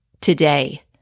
today